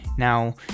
Now